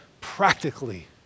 practically